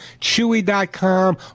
Chewy.com